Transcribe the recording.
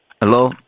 Hello